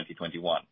2021